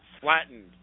flattened